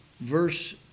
verse